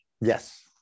Yes